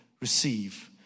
receive